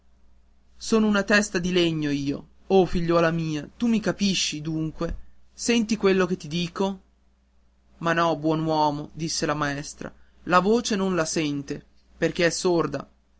sono una testa di legno io o figliuola mia tu mi capisci dunque che ti dico ma no buon uomo disse la maestra la voce non la sente perché è sorda